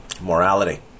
Morality